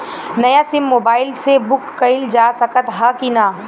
नया SIM mobile से book कइलजा सकत ह कि ना?